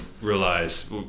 realize